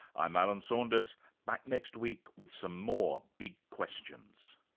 i'm alan saunders back next week with some more big questions